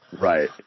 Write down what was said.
Right